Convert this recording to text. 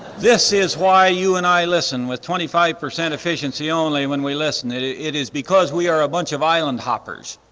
this is why you and i listen with twenty-five percent efficiency only when we listen. it it is because we are a bunch of island hoppers,